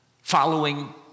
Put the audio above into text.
following